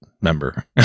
member